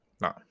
No